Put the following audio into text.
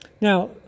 Now